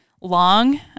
long